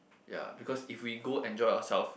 ya because if we go enjoy ourself